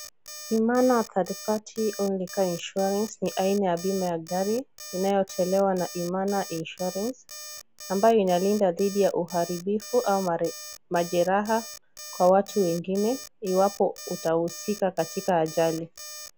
Imana Third Party Only Car Insurance ni aina ya bima ya gari inayotolewa na Imana Insurance ambayo inalinda dhidi ya uharibifu au majeraha kwa watu wengine iwapo utahusika katika ajali.